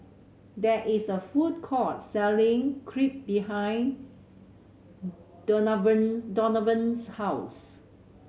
there is a food court selling Crepe behind Donavon Donavon's house